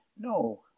no